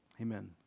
Amen